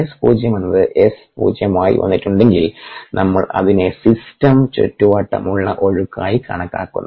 S0 എന്നത് S0 ആയി വന്നിട്ടുണ്ടെങ്കിൽ നമ്മൾ അതിനെ സിസ്റ്റം ചുറ്റുവട്ടമുള്ള ഒഴുക്കായി കണക്കാക്കുന്നു